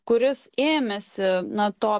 kuris ėmėsi na to